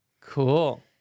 cool